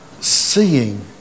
seeing